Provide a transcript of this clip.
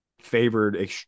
favored